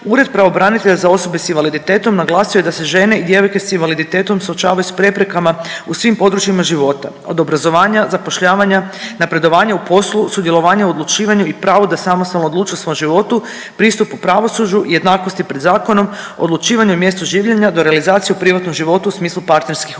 Ured pravobranitelja za osobe sa invaliditetom naglasio je da se žene i djevojke sa invaliditetom suočavaju sa preprekama u svim područjima života od obrazovanja, zapošljavanja, napredovanja u poslu, sudjelovanja u odlučivanju i pravo da samostalno odlučuju o svom životu, pristupu pravosuđu, jednakosti pred zakonom, odlučivanju o mjestu življenja do realizacije u privatnom životu u smislu partnerskih odnosa.